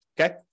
okay